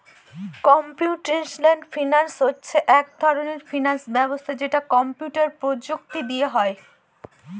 computational finance হচ্ছে এক ধরনের ফিনান্স ব্যবস্থা যেটা কম্পিউটার প্রযুক্তি দিয়ে হয়